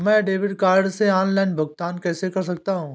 मैं debit card से online भुगतान कैसे कर सकता हूँ?